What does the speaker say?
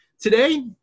Today